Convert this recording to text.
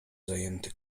zajęty